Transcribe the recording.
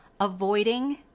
avoiding